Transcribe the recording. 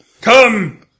Come